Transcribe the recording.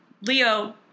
Leo